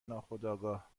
ناخودآگاه